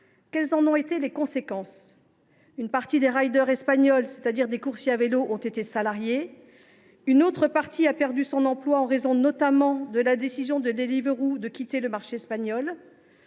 Quelles en ont été les conséquences ? Une partie des espagnols, c’est à dire des coursiers à vélo, ont été salariés. Une autre partie a perdu son emploi en raison, notamment, de la décision de Deliveroo de quitter le marché espagnol.